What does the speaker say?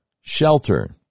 shelter